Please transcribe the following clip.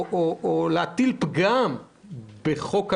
שניסתה להטיל פגם בחוק הלאום,